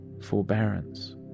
forbearance